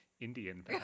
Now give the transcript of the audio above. Indian